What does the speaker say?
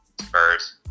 Spurs